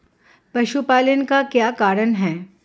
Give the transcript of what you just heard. पशुपालन का क्या कारण है?